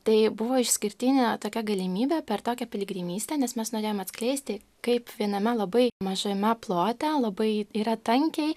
tai buvo išskirtinė tokia galimybė per tokią piligrimystę nes mes norėjom atskleisti kaip viename labai mažame plote labai yra tankiai